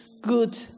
good